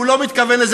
הוא לא מתכוון לזה.